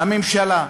הממשלה,